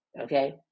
okay